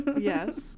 Yes